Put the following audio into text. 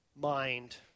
mind